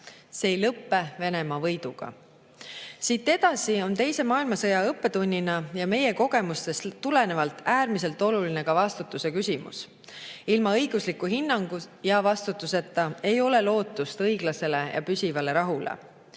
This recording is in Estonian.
see ei lõpe Venemaa võiduga. Siit edasi on teise maailmasõja õppetunnina ja meie kogemustest tulenevalt äärmiselt oluline ka vastutuse küsimus. Ilma õigusliku hinnangu ja vastutuseta ei ole lootust õiglasele ja püsivale rahule.